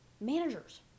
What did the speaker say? Managers